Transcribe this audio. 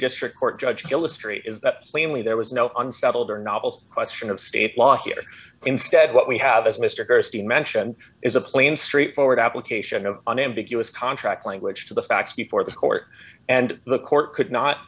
district court judge illustrate plainly there was no unsettled or novel question of state law here instead what we have as mr christie mentioned is a plain straightforward application of unambiguous contract language to the facts before the court and the court could not